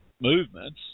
movements